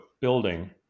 building